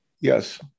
Yes